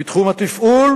בתחום התפעול